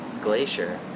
glacier